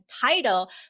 title